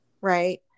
right